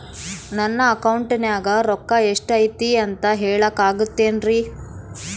ನನ್ನ ಅಕೌಂಟಿನ್ಯಾಗ ರೊಕ್ಕ ಎಷ್ಟು ಐತಿ ಅಂತ ಹೇಳಕ ಆಗುತ್ತೆನ್ರಿ?